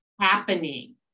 happening